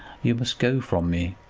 you must go from me,